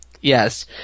Yes